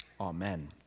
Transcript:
amen